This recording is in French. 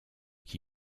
qui